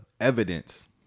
evidence